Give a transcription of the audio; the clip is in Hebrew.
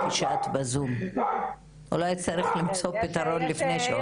אולי תנסי אחר כך.